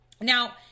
Now